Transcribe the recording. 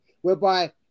whereby